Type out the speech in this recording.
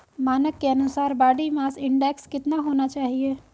मानक के अनुसार बॉडी मास इंडेक्स कितना होना चाहिए?